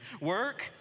work